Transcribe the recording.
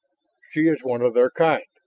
she is one of their kind.